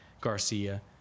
Garcia